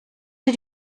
did